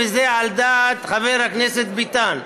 וזה על דעת חבר הכנסת ביטן.